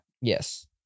Yes